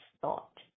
thought